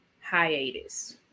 hiatus